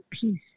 peace